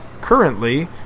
currently